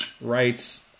rights